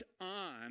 on